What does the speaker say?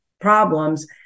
problems